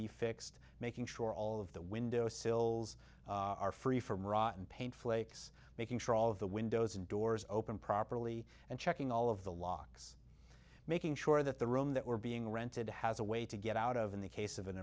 be fixed making sure all of the window sills are free from rotten paint flakes making sure all of the windows and doors open properly and checking all of the locks making sure that the room that we're being rented to has a way to get out of in the case of an